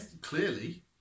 clearly